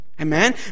Amen